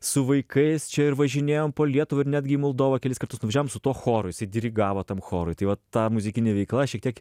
su vaikais čia ir važinėjom po lietuvą ir netgi į moldovą kelis kartus nuvažiavom su tuo chorui jisai dirigavo tam chorui tai vat ta muzikinė veikla šiek tiek